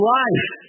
life